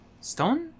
stone